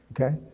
okay